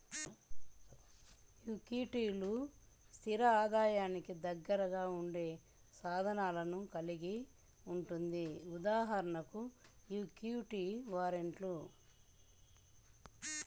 ఈక్విటీలు, స్థిర ఆదాయానికి దగ్గరగా ఉండే సాధనాలను కలిగి ఉంటుంది.ఉదాహరణకు ఈక్విటీ వారెంట్లు